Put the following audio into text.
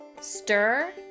stir